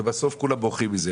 ובסוף כולם בורחים זה.